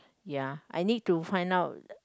ya I need to find out